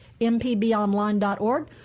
mpbonline.org